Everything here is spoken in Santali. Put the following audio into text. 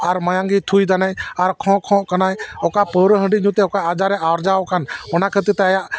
ᱟᱨ ᱢᱟᱭᱟᱢ ᱜᱮ ᱛᱷᱩᱭ ᱮᱫᱟᱭ ᱟᱨ ᱠᱷᱚᱼᱠᱷᱚ ᱠᱟᱱᱟᱭ ᱚᱠᱟ ᱯᱟᱹᱨᱣᱟᱹ ᱦᱟᱺᱰᱤ ᱧᱩᱛᱮ ᱚᱠᱟ ᱟᱡᱟᱨᱮ ᱟᱨᱡᱟᱣ ᱟᱠᱟᱱ ᱚᱱᱟ ᱠᱷᱟᱹᱛᱤᱨ ᱛᱮ ᱟᱭᱟᱜ